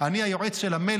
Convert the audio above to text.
אני היועץ של המלך,